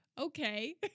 Okay